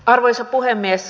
arvoisa puhemies